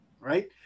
right